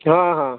ହଁ ହଁ